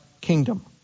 kingdom